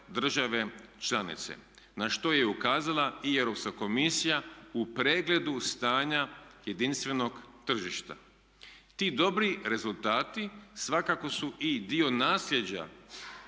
na što je i ukazala i Europska komisija u pregledu stanja jedinstvenog tržišta. Ti dobri rezultati svakako su i dio nasljeđa